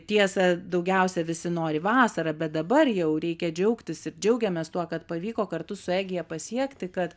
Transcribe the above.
tiesa daugiausia visi nori vasarą bet dabar jau reikia džiaugtis ir džiaugiamės tuo kad pavyko kartu su egija pasiekti kad